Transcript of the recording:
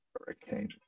Hurricane